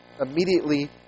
immediately